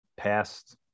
past